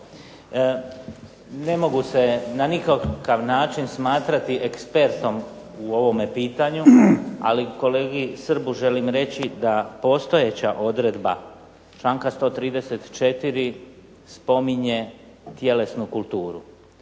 Ne mogu se na nikakav način smatrati ekspertom u ovome pitanju, ali kolegi Srbu želim reći da postojeća odredba članka 134. spominje tjelesnu kulturu.